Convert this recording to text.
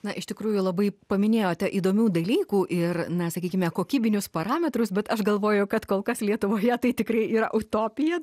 na iš tikrųjų labai paminėjote įdomių dalykų ir na sakykime kokybinius parametrus bet aš galvoju kad kol kas lietuvoje tai tikrai yra utopija